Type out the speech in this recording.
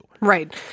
Right